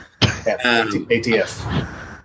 ATF